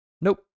nope